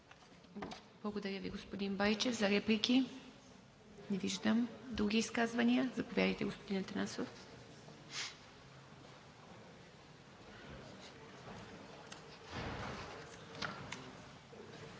Благодаря Ви, господин Байчев. Реплики? Не виждам. Други изказвания? Заповядайте, господин Атанасов.